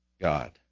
God